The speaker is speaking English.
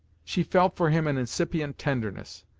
she felt for him an incipient tenderness,